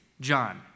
John